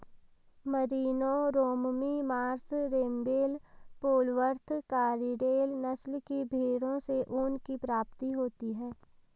Merino, Romney Marsh, रेम्बेल, Polwarth, Corriedale नस्ल की भेंड़ों से ऊन की प्राप्ति होती है